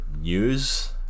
news